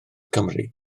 cymru